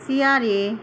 CRA